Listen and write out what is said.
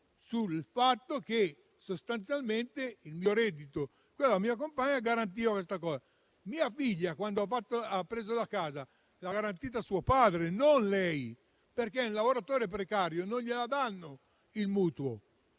del fatto che sostanzialmente il mio reddito e quello della mia compagna garantivano questo prestito. Mia figlia, quando ha preso la casa, l'ha garantita suo padre, non lei, perché a un lavoratore precario non glielo danno il mutuo.